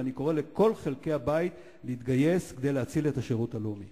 אני קורא לכל חלקי הבית להתגייס כדי להציל את השירות הלאומי.